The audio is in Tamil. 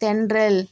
தென்றல்